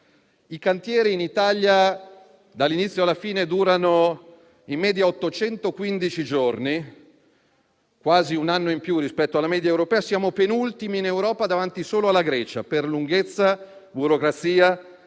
i cantieri durano in media, dall'inizio alla fine, 815 giorni, ossia quasi un anno in più rispetto alla media europea. Siamo penultimi in Europa, davanti solo alla Grecia, per lunghezza, burocrazia